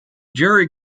jerry